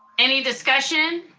any discussion?